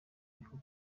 bihugu